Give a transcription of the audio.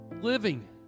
living